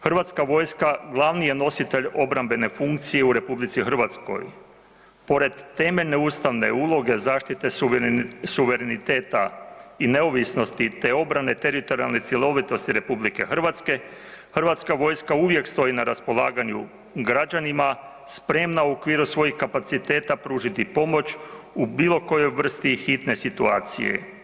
Hrvatska vojska glavni je nositelj obrambene funkcije u Republici Hrvatskoj, pored temeljne ustavne uloge zaštite suvereniteta i neovisnosti te obrane teritorijalne cjelovitosti Republike Hrvatske, Hrvatska vojska uvijek stoji na raspolaganju građanima spremna u okviru svojih kapaciteta pružiti pomoć u bilo kojoj vrsti hitne situacije.